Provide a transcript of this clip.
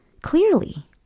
clearly